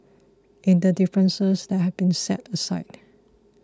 in the differences that have been set aside